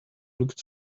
looked